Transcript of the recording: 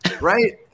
right